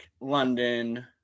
London